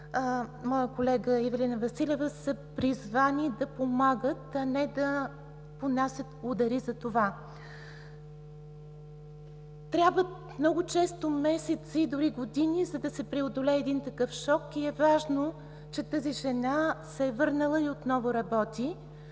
моят колега Ивелина Василева, са призвани да помагат, а не да понасят удари за това. Трябват много често месеци, дори години, за да се преодолее един такъв шок и е важно, че тази жена се е върнала и отново работи.